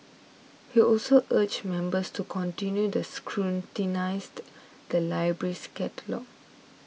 he also urged members to continue the scrutinised the library's catalogues